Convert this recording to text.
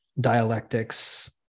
dialectics